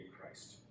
Christ